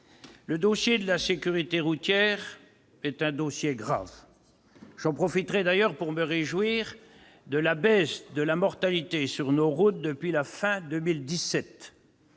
le dossier de la sécurité routière est un sujet grave. J'en profite d'ailleurs pour me réjouir de la baisse de la mortalité sur nos routes depuis la fin de 2017,